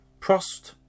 Prost